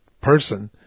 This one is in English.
person